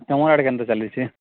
ତମ ଆଡ଼େ କେନ୍ତା ଚାଲିଛି